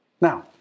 Now